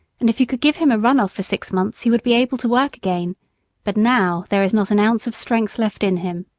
and if you could give him a run off for six months he would be able to work again but now there is not an ounce of strength left in him.